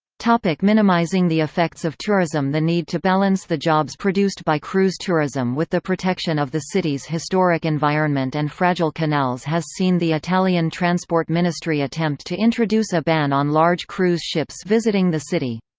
like minimising the effects of tourism the need to balance the jobs produced by cruise tourism with the protection of the city's historic environment and fragile canals has seen the italian transport ministry attempt to introduce a ban on large cruise ships visiting the city.